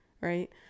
right